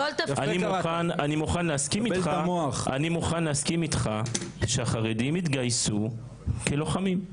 אני מוכן להסכים אתך שהחרדים יתגייסו כלוחמים.